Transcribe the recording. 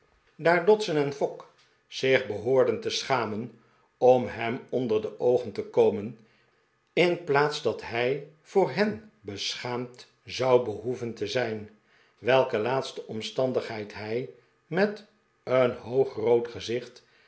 daar dodson pickwick wordt getergd en fogg zich behoorden te schamen om hem onder de oogen te komen in plaats dat hij voor hen beschaamd zou behoeven te zijn welke laatste omstandigheid hij met een hoogrood gezicht